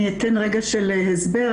אני אתן רגע של הסבר,